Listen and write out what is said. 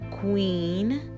queen